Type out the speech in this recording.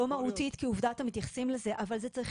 לא מהותית כי עובדה שאתם מתייחסים לזה אבל זה צריך